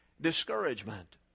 discouragement